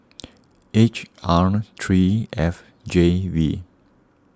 H R three F J V